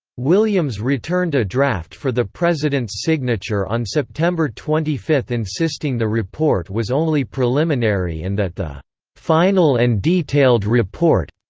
williams returned a draft for the president's signature on sept. twenty fifth insisting the report was only preliminary and that the final and detailed report.